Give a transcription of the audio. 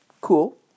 cool